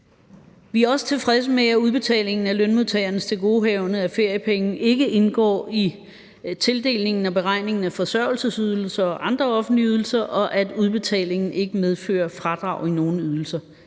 Vi er også tilfredse med, at udbetalingen af lønmodtagernes tilgodehavende feriepenge ikke indgår i tildelingen og beregningen af forsørgelsesydelser og andre offentlige ydelser, og at udbetalingen ikke betyder fradrag i nogen ydelser.